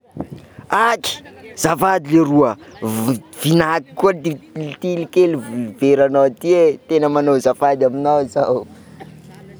Haky! Zafady leroa a v- vinaky koa ty lik- likely veranao tena manao azafady aminao zaho.